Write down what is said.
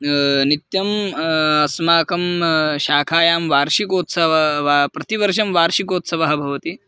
नित्यम् अस्माकं शाखायां वार्षिकोत्सवाः वा प्रतिवर्षं वार्षिकोत्सवः भवति